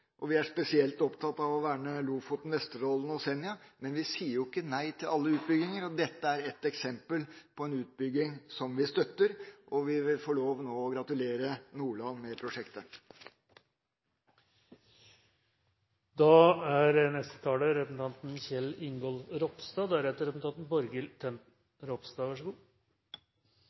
og vi er spesielt opptatt av å verne Lofoten, Vesterålen og Senja. Men vi sier ikke nei til alle utbygginger, og dette er ett eksempel på en utbygging som vi støtter. Vi vil nå få lov til å gratulere Nordland med prosjektet.